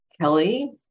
Kelly